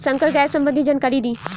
संकर गाय सबंधी जानकारी दी?